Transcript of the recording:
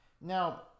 Now